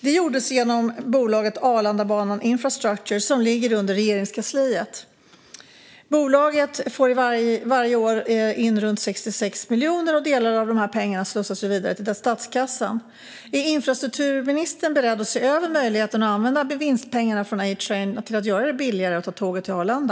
Detta gjordes genom bolaget Arlandabanan Infrastructure, som ligger under Regeringskansliet. Bolaget får varje år in runt 66 miljoner, och delar av dessa pengar slussas vidare till statskassan. Är infrastrukturministern beredd att se över möjligheten att använda vinstpengarna från A-Train till att göra det billigare att ta tåget till Arlanda?